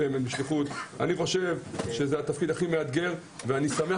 אני חושב שזה התפקיד הכי מאתגר ואני שמח